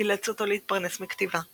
אילץ אותו להתפרנס מכתיבה,